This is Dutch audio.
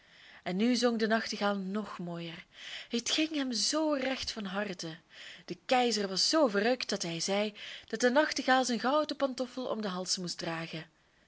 en nu zong de nachtegaal nog mooier het ging hem zoo recht van harte de keizer was zoo verrukt dat hij zei dat de nachtegaal zijn gouden pantoffel om den hals moest dragen